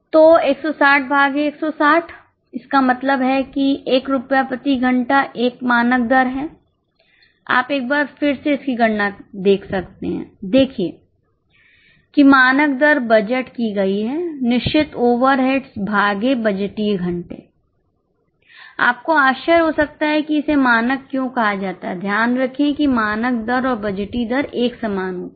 तो 160 भागे 160 इसका मतलब है कि 1 रुपया प्रति घंटा एक मानक दर है आप एक बार फिर से इसकी गणना देख सकते हैं देखिए कि मानक दर बजट की गई है निश्चित ओवरहेड्स भागे बजटीय घंटे आपको आश्चर्य हो सकता है कि इसे मानक क्यों कहा जाता है ध्यान रखें कि मानक दर और बजटीय दर एक समान होती है